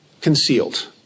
concealed